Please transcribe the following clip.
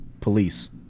police